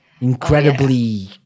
incredibly